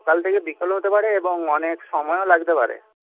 সকাল থেকে বিকেলও হতে পারে এবং অনেক সময়ও লাগতে পারে